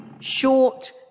short